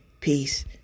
Peace